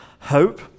Hope